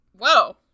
whoa